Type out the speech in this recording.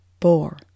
four